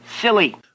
silly